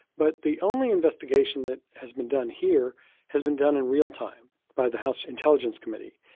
but the only investigation that has been done here has been done in real time by the house intelligence committee.